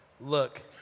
Look